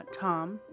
Tom